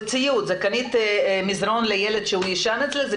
כמו שקנית מזרן לילד שיישן אצלך.